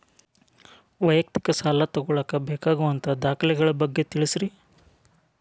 ವೈಯಕ್ತಿಕ ಸಾಲ ತಗೋಳಾಕ ಬೇಕಾಗುವಂಥ ದಾಖಲೆಗಳ ಬಗ್ಗೆ ತಿಳಸ್ರಿ